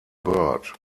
bird